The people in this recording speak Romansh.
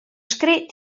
scret